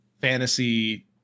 fantasy